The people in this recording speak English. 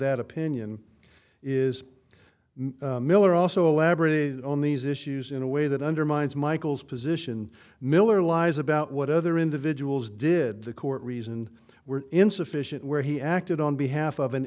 that opinion is miller also elaborated on these issues in a way that undermines michael's position miller lies about what other individuals did the court reasoned were insufficient where he acted on behalf of an